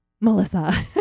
Melissa